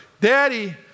Daddy